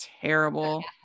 terrible